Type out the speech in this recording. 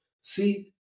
see